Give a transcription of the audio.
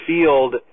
field